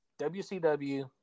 WCW